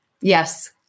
Yes